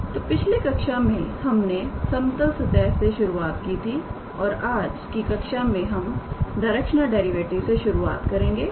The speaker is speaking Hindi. तो पिछले कक्षा में हमने समतल सतह से शुरुआत की थी और आज की कक्षा में हम डायरेक्शनल डेरिवेटिव से शुरुआत करेंगे